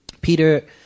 Peter